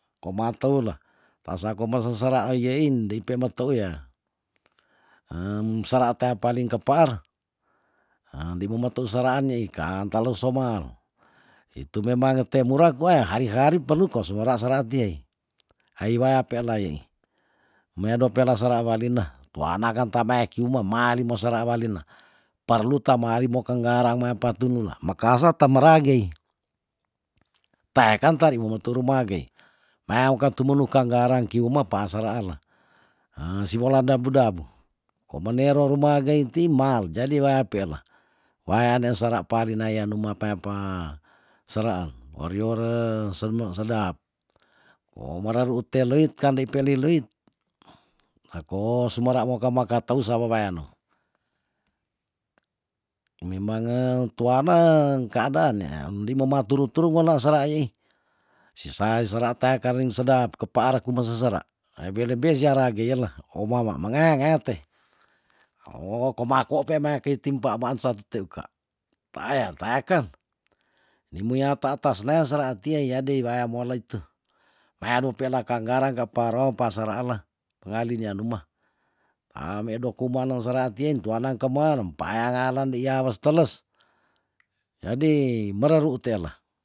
Koma teula tasa koma sera iyein ndei pe ma teu y sera tea palingkep kepaar he ndei mome teu sera nei kaan talo somer itu memang te mura kwa e hari hari perlu ko sumera sera tie hai waya pelayi meado pela sera walina tuana kan ta maye ki umah maalimo sera walina perlu ta maarimo keng garang mea pe pa tunula mekasa teme ragey teaken tari mumu tu rumagey mea woka tumulu kan garang ki umah paa sera el si wola dabu dabu komenero rumagey ti mal jadi wea pe la waya ne sera palina waya numa peape seraan oriore seme sedap wo merere ruut te loit ka ndei peli leit eko sumera woka ma ka teu sa weweano memange tuana keadaan ya ndei momat turu turu wela sera yei si sa sera teaken rin sedap kepaarku me sesera lebe lebe sia ragey la omama mengea ngea te oh komako pe mea kea timpa waan satu te uka ta aya tayaken nimu ya ta tas nea sera tiei jadi waya wea mola nitu mea do pela kang garang ka apa ro pa sera ela tungali nia numah medo kuman neng sera tiin tuana keme rem peayanga le ndei was teles jadi mereru tela